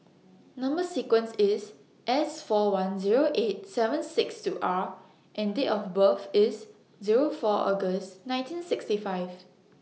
Number sequence IS S four one Zero eight seven six two R and Date of birth IS Zero four August nineteen sixty five